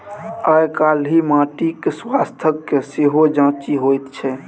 आयकाल्हि माटिक स्वास्थ्यक सेहो जांचि होइत छै